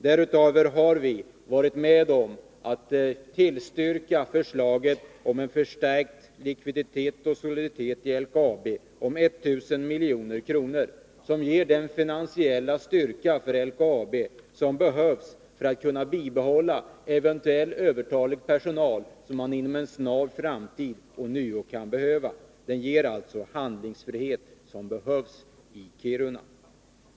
Därutöver har vi varit med om att tillstyrka förslaget om 1 000 milj.kr. för förstärkning av likviditeten och soliditeten i LKAB, för att ge den finansiella styrka för LKAB som behövs för att man skall kunna bibehålla eventuell övertalig personal som man inom en snar framtid ånyo kan behöva. Förslaget ger alltså den handlingsfrihet som behövs i Kiruna.